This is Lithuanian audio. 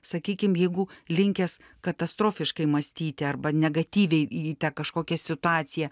sakykim jeigu linkęs katastrofiškai mąstyti arba negatyviai į tą kažkokią situaciją